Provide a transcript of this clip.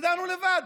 הסתדרנו לבד.